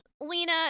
Lena